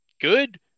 good